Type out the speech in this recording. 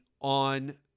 on